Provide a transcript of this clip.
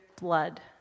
blood